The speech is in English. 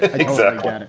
exactly